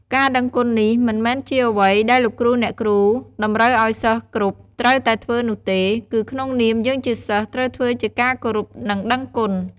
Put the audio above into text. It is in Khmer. ការដឹងគុណនេះមិនមែនជាអ្វីដែលលោកគ្រូអ្នកគ្រូតម្រូវឱ្យសិស្សគ្រប់ត្រូវតែធ្វើនោះទេ គឺក្នុងនាមយើងជាសិស្សត្រូវធ្វើជាការគោរពនិងដឹងគុណ។